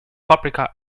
paprika